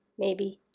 maybe